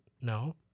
No